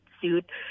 sued